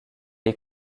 est